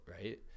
right